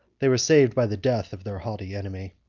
they were saved by the death of their haughty enemy.